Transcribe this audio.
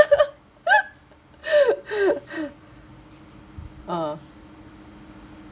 uh